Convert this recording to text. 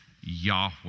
Yahweh